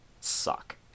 suck